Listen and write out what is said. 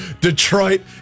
Detroit